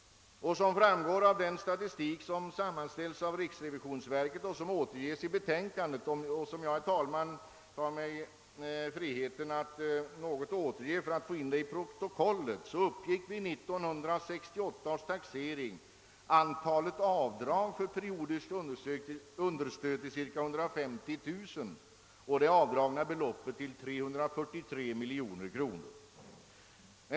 Som framgår av den statistik som sammanställts av riksrevisionsverket och som återges i betänkandet och vilken jag tar mig friheten att något återge för att få in den i protokollet, uppgick vid 1968 års taxering antalet avdrag för periodiskt understöd till cirka 150 000 och det avdragna beloppet till 343 miljoner kronor.